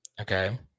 Okay